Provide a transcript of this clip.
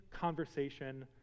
conversation